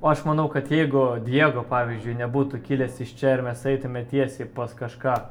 aš manau kad jeigu diego pavyzdžiui nebūtų kilęs iš čia ir mes eitume tiesiai pas kažką